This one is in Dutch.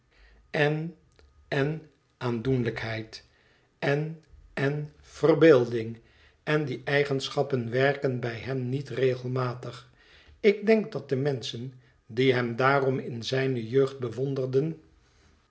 en en aandoenlijkheid en en verbeelding en die eigenschappen werken bij hem niet regelmatig ik denk dat de menschen die hem daarom in zijne jeugd bewonderden